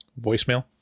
voicemail